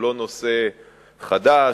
הוא לא נושא חדש.